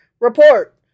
report